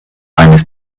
eines